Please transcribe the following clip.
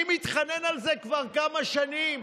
אני מתחנן על זה כבר כמה שנים.